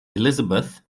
elisabeth